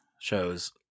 shows